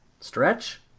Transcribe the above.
Stretch